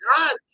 God